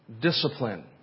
discipline